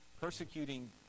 persecuting